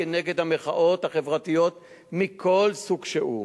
כנגד המחאות החברתיות מכל סוג שהוא.